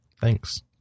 Thanks